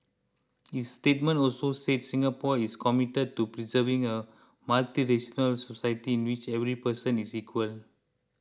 its statement also said Singapore is committed to preserving a multiracial society in which every person is equal